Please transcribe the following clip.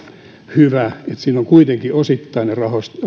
hyvä että siinä on kuitenkin osittainen